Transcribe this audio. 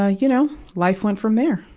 ah you know, life went from there.